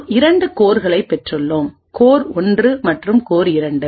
நாம் இரண்டு கோர்களைபெற்றுள்ளோம் கோர் 1 மற்றும் கோர் 2